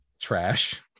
trash